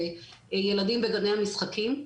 וילדים בגני המשחקים.